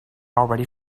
already